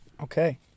Okay